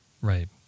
Right